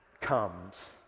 comes